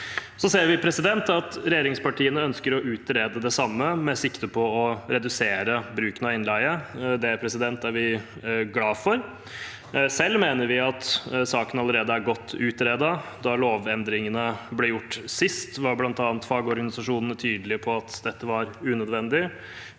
Vi ser at regjeringspartiene ønsker å utrede det samme, med sikte på å redusere bruken av innleie. Det er vi glad for. Selv mener vi at saken allerede er godt utredet. Da lovendringene ble gjort sist, var bl.a. fagorganisasjonene tydelig på at dette var unødvendig,